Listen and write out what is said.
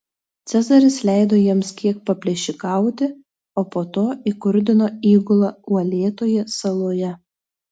cezaris leido jiems kiek paplėšikauti o po to įkurdino įgulą uolėtoje saloje